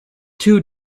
two